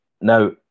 Now